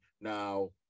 Now